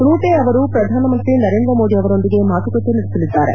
Rutte ಅವರು ಪ್ರಧಾನಮಂತ್ರಿ ನರೇಂದ್ರಮೋದಿ ಅವರೊಂದಿಗೆ ಮಾತುಕತೆ ನಡೆಸಲಿದ್ದಾರೆ